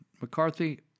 McCarthy